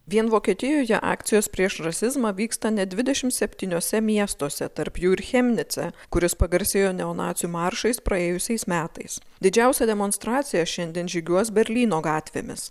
vien vokietijoje akcijos prieš rasizmą vyksta net dvidešim septyniuose miestuose tarp jų ir chemnice kuris pagarsėjo neonacių maršais praėjusiais metais didžiausia demonstracija šiandien žygiuos berlyno gatvėmis